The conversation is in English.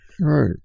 right